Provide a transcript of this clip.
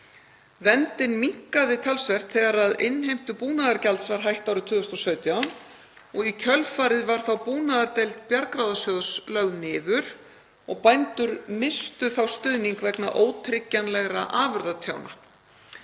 Verndin minnkaði talsvert þegar innheimtu búnaðargjalds var hætt árið 2017. Í kjölfarið var búnaðardeild Bjargráðasjóðs lögð niður og bændur misstu þá stuðning vegna ótryggjanlegra afurðatjóna.